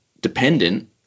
dependent